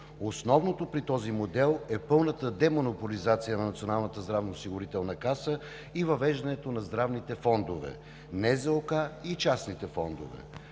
Основното при този модел е пълната демонополизация на Националната здравноосигурителна каса и въвеждането на здравните фондове – НЗОК и частните фондове.